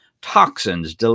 toxins